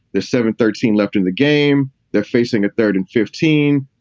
the seventh thirteen left in the game. they're facing a third and fifteen.